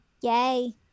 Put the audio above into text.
Yay